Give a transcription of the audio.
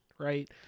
right